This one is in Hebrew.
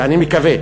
ואני מקווה,